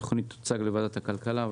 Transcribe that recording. התוכנית תוצג לוועדת הכלכלה,